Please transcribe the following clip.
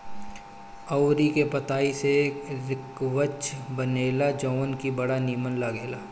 अरुई के पतई से रिकवच बनेला जवन की बड़ा निमन लागेला